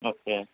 okay